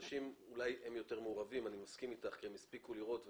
אנשים אולי יותר מעורבים כי הם הספיקו לראות ולהגיע.